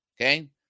okay